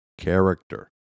character